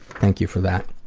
thank you for that.